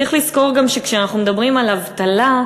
צריך לזכור גם שכשאנחנו מדברים על אבטלה,